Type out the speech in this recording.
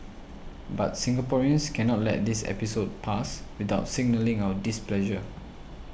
but Singaporeans cannot let this episode pass without signalling our displeasure